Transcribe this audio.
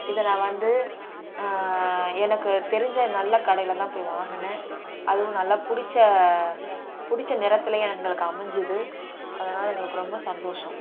இதை நான் வந்து எனக்கு தெரிஞ்சு நல்ல கடையில் தான் போய் வாங்கினேன் அதுவும் நல்லா பிடிச்ச பிடிச்ச நிறத்துலேயே எங்களுக்கு அமைஞ்சிது அதனால் எங்களுக்கு ரொம்ப சந்தோசம்